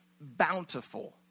bountiful